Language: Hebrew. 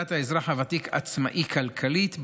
שמירת האזרח הוותיק עצמאי כלכלית,